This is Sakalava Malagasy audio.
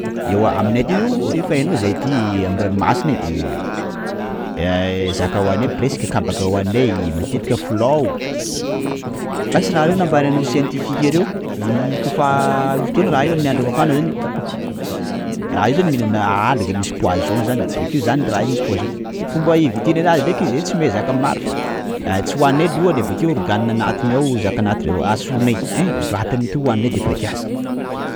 Ewa Aminay aty zao efa hainao zahay aty amin'ny ranomasina e- zaka hoaninay presque kabaka hoaninay matetika filao, basy raha io nambaran'ny sientifika reo i- koafa misy fotoana raha io amin'ny andro mafana zany, raha io zany mihinana algue misy poison zany bakeo zany raha io misy io poison, fomba evitenay anazy ndreka zay tsy mahay zaka maro fa, tsy hoaninay lohany bakeo organe anatiny ao, zaka anatiny ao asorinay, ein- vatany io to hoaninay defa kasa.